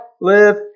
live